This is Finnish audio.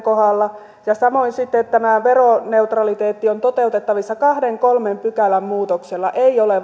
kohdalla samoin veroneutraliteetti on toteuttavissa kahden kolmen pykälän muutoksella ei ole